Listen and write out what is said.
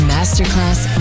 Masterclass